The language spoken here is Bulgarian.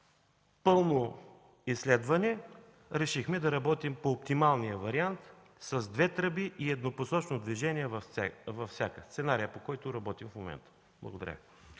пълно изследване, решихме да работим по оптималния вариант: с две тръби и еднопосочно движение във всяка – сценарият, по който работим в момента. Благодаря.